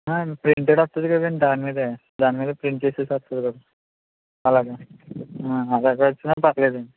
printed వస్తుంది కదండీ దాని మీదే దాని మీదే ప్రింట్ చేసేసి వస్తుంది కదా అలాగా అలాగ వచ్చినా పర్లేదండి